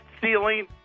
ceiling